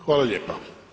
Hvala lijepo.